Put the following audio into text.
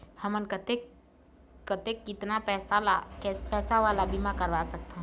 हमन कतेक कितना पैसा वाला बीमा करवा सकथन?